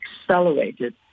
accelerated